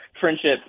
friendship